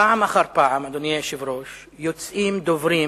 פעם אחר פעם, אדוני היושב-ראש, יוצאים דוברים